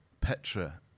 Petra